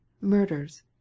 murders